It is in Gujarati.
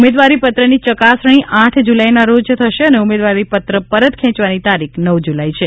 ઉમેદવારી પત્રની ચકાસણી આઠ જૂલાઈના રોજ થશે અને ઉમેદવારી પત્ર પરત ખેંચવાની તારીખ નવ જૂલાઈ છે